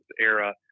era